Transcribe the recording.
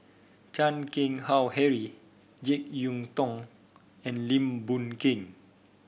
Chan Keng Howe Harry JeK Yeun Thong and Lim Boon Keng